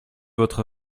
votre